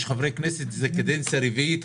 יש חברי כנסת שזו קדנציה רביעית שלהם,